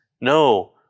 No